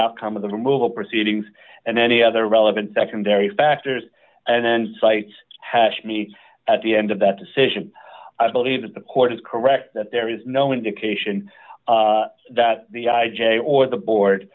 outcome of the removal proceedings and any other relevant secondary factors and then cites hashmi at the end of that decision i believe that the court is correct that there is no indication that the i j a or the